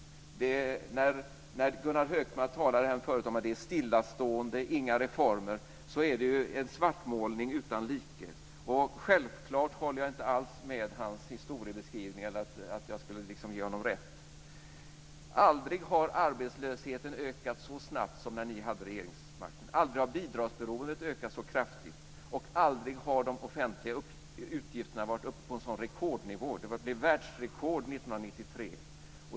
Gunnar Hökmark talade tidigare om ett stillastående och inga reformer. Det är en svartmålning utan like. Självklart ger jag honom inte rätt i hans historieskrivning. Aldrig har arbetslösheten ökat så snabbt som när ni hade regeringsmakten. Aldrig har bidragsberoendet ökat så kraftigt. Aldrig har de offentliga utgifterna varit uppe på en sådan rekordnivå - det var världsrekord 1993.